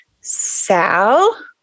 Sal